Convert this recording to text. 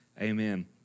amen